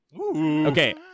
Okay